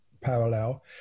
parallel